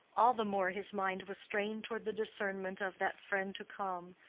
all the more his mind was strained toward the discernment of that friend to come,